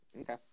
Okay